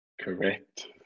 correct